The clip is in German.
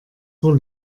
vor